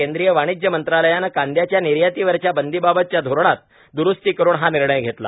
केंद्रीय वाणिज्य मंत्रालयानं कांदयाच्या निर्यातीवरच्या बंदीबाबतच्या धोरणात द्रूस्ती करून हा निर्णय घेतला